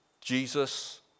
Jesus